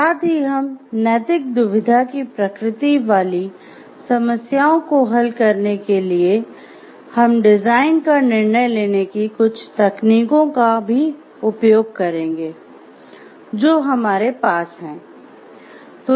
साथ ही हम नैतिक दुविधा की प्रकृति वाली समस्याओं को हल करने के लिए हम डिजाइन का निर्णय लेने की कुछ तकनीकों का भी उपयोग करेंगे जो हमारे पास हैं